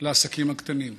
לעסקים הקטנים והבינוניים.